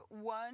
one